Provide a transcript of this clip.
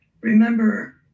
Remember